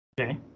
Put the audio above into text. Okay